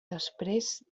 després